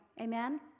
Amen